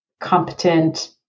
competent